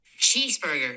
Cheeseburger